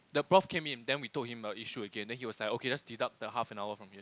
the prof came in then we told him our issue again then he was like okay let's deduct half an hour from here